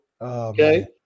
Okay